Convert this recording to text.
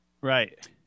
Right